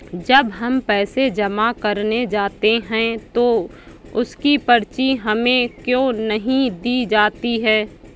जब हम पैसे जमा करने जाते हैं तो उसकी पर्ची हमें क्यो नहीं दी जाती है?